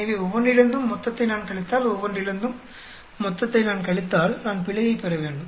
எனவே ஒவ்வொன்றிலிருந்தும் மொத்தத்தை நான் கழித்தால் ஒவ்வொன்றிலிருந்தும் மொத்தத்தை நான் கழித்தால் நான் பிழையைப் பெற வேண்டும்